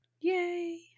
Yay